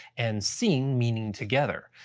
and syn meaning together.